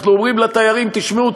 אנחנו אומרים לתיירים: תשמעו,